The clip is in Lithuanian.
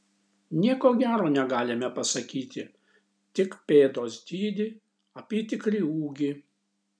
nieko gero negalime pasakyti tik pėdos dydį apytikrį ūgį